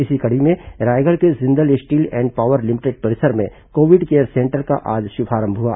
इसी कड़ी में रायगढ़ के Jindal steel and power limited परिसर में कोविड केयर सेंटर का आज शुभारंभ हुआ